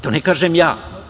To ne kažem ja.